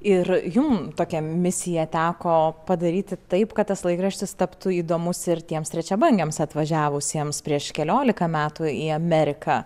ir jum tokia misija teko padaryti taip kad tas laikraštis taptų įdomus ir tiems trečiabangiams atvažiavusiems prieš keliolika metų į ameriką